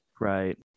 right